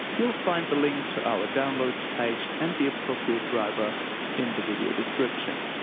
you'll find the link to our downloads page and the appropriate driver in the video description.